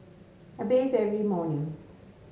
I bathe every morning